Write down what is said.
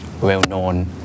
well-known